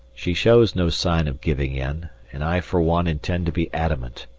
she shows no sign of giving in, and i for one intend to be adamant.